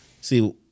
see